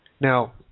Now